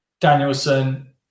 Danielson